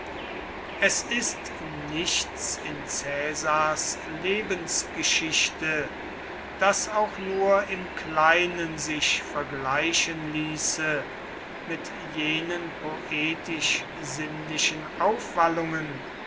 es ist nichts in caesars lebensgeschichte das auch nur im kleinen sich vergleichen ließe mit jenen